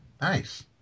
Nice